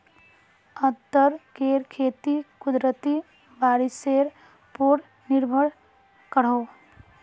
अदरकेर खेती कुदरती बारिशेर पोर निर्भर करोह